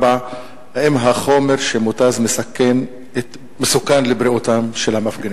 4. האם החומר שמותז מסוכן לבריאותם של המפגינים?